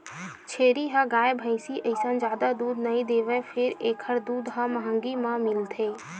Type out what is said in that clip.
छेरी ह गाय, भइसी असन जादा दूद नइ देवय फेर एखर दूद ह महंगी म मिलथे